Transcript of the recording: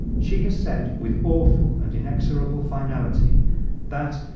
she has said with awful and inexorable finality that,